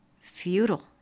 futile